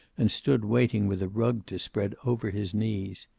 and stood waiting with a rug to spread over his knees.